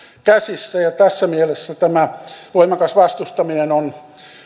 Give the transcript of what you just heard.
käsissä ja tässä mielessä tämä voimakas vastustaminen on